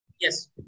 Yes